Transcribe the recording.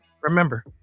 remember